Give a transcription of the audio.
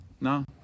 No